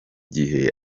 gihe